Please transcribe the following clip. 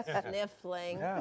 sniffling